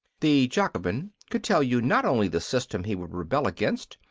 the jacobin could tell you not only the system he would rebel against,